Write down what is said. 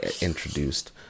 introduced